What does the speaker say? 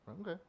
Okay